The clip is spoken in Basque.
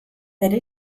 bere